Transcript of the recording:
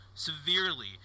severely